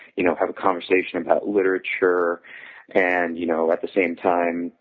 you know, have a conversation about literature and, you know, at the same time,